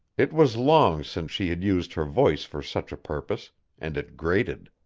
it was long since she had used her voice for such a purpose and it grated.